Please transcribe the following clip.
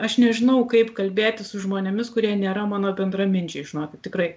aš nežinau kaip kalbėti su žmonėmis kurie nėra mano bendraminčiai žinokit tikrai